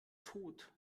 tot